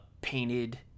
painted